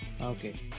Okay